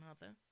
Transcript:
mother